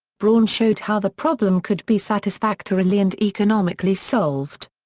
braun showed how the problem could be satisfactorily and economically solved.